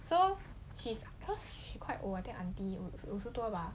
so she's cause she quite old I think aunty 五十多吧